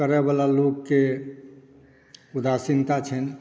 करयवला लोकके उदासीनता छनि